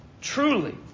truly